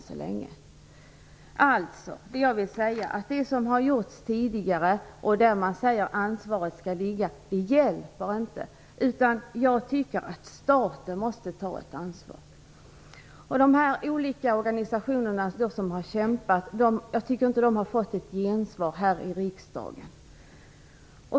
Det jag vill säga är att det som har gjorts tidigare, och där man säger var ansvaret skall ligga, hjälper inte. Jag tycker att staten måste ta ett ansvar. De olika organisationer som har kämpat har inte fått ett gensvar här i riksdagen.